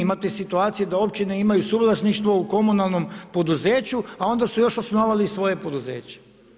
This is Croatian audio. Imate situacije da općine imaju suvlasništvo u komunalnom poduzeću, a onda su još osnovali svoje poduzeće.